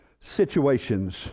situations